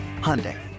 Hyundai